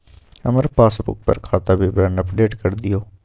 हमर पासबुक पर खाता विवरण अपडेट कर दियो